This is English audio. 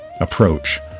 approach